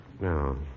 No